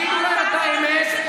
תגידו להם את האמת,